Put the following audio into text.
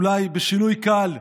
אולי בשינוי קל,